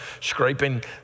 scraping